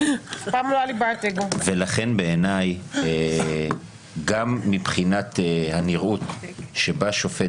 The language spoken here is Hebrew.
לכן בעיניי גם מבחינת הנראות שבא שופט